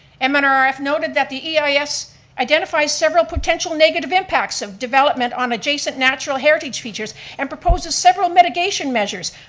um ah mnrf noted that the eis identified several potential negative impacts of development on adjacent natural heritage features and proposes proposes several mitigation measures,